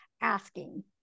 asking